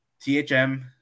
THM